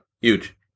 Huge